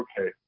okay